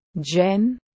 Jen